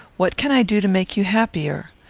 what can i do to make you happier?